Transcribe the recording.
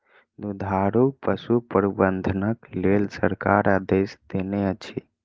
दुधारू पशु प्रबंधनक लेल सरकार आदेश देनै अछि